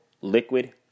liquid